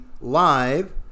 live